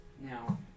Now